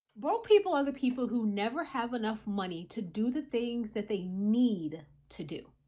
broke people are the people who never have enough money to do the things that they need to do.